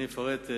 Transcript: אני אפרט.